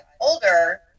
older